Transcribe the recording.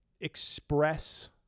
express